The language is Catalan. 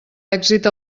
èxit